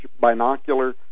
binocular